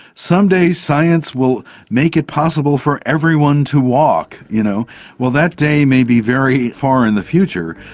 some day science will make it possible for everyone to walk. you know well, that day may be very far in the future,